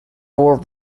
four